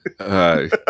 hi